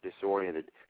disoriented